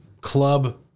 club